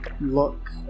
Look